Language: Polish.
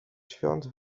świąt